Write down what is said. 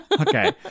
Okay